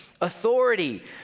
authority